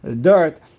dirt